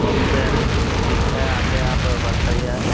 shop पर ठीक है आते हैं आप बताइए